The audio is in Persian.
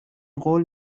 قول